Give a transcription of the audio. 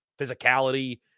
physicality